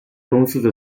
公司